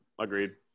Agreed